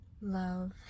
love